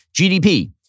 GDP